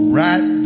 right